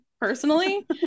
personally